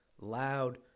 loud